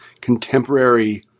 contemporary